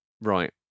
Right